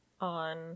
on